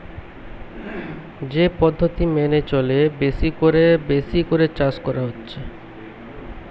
যে পদ্ধতি মেনে চলে বেশি কোরে বেশি করে চাষ করা হচ্ছে